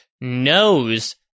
knows